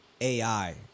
AI